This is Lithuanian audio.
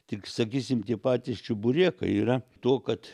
tik sakysim tie patys čeburekai yra to kad